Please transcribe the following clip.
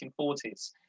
1940s